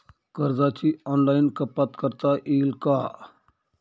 कर्जाची ऑनलाईन कपात करता येईल का?